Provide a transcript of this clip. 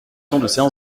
suspension